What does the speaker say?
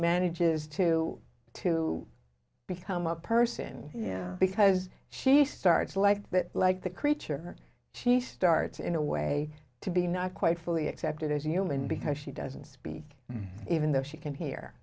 manages to to become a person because she starts like that like the creature she starts in a way to be not quite fully accepted as a human because she doesn't speak even though she can hear